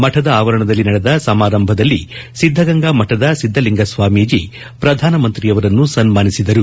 ಮಠದಲ್ಲಿ ನಡೆದ ಸಮಾರಂಭದಲ್ಲಿ ಸಿದ್ದಗಂಗಾ ಮಠದ ಸಿದ್ದಲಿಂಗ ಸ್ವಾಮೀಜಿ ಪ್ರಧಾನಮಂತ್ರಿಯವರನ್ನು ಸನ್ಮಾನಿಸಿದರು